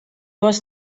was